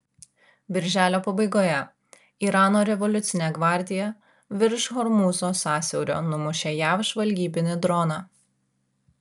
birželio pabaigoje irano revoliucinė gvardija virš hormūzo sąsiaurio numušė jav žvalgybinį droną